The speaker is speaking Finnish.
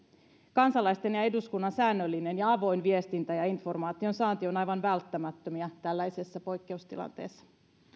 kansalaisten ja eduskunnan säännöllinen ja avoin viestintä ja informaation saanti ovat aivan välttämättömiä tällaisessa poikkeustilanteessa